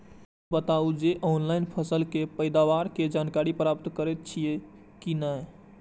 ई बताउ जे ऑनलाइन फसल के पैदावार के जानकारी प्राप्त करेत छिए की नेय?